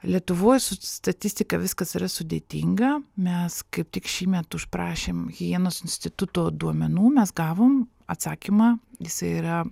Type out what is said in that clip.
lietuvos statistika viskas yra sudėtinga mes kaip tik šįmet užprašėm higienos instituto duomenų mes gavom atsakymą jisai yra